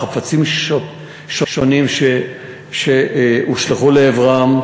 חפצים שונים שהושלכו לעברם.